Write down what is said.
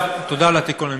תודה על התיקון.